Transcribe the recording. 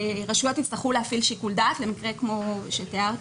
והרשויות יצטרכו כמובן להפעיל שיקול דעת במקרה כמו שתיארת.